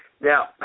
Now